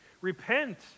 Repent